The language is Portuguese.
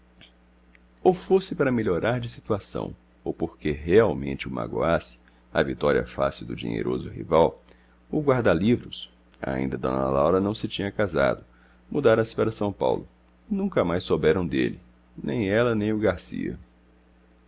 fosse para melhorar de situação ou porque realmente o magoasse a vitória fácil do dinheiroso rival o guarda-livros ainda d laura não se tinha casado mudara se para são paulo e nunca mais souberam dele nem ela nem o garcia